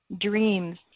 dreams